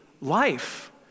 life